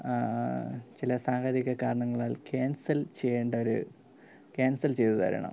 ചില സാങ്കേതിക കാരണങ്ങളാൽ ക്യാൻസൽ ചെയ്യേണ്ട ഒരു ക്യാൻസൽ ചെയ്തു തരണം